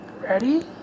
Ready